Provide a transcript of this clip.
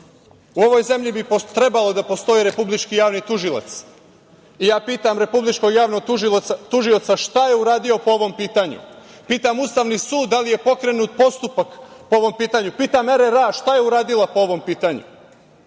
ovoj zemlji bi trebalo da postoji Republički javni tužilac. Ja pitam Republičkog javnog tužioca šta je uradio po ovom pitanju? Pitam Ustavni sud da li je pokrenut postupak po ovom pitanju? Pitam RRA šta je uradila po ovom pitanju? Danas